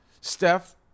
Steph